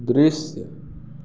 दृश्य